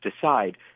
decide